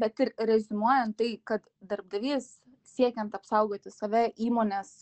bet ir reziumuojant tai kad darbdavys siekiant apsaugoti save įmonės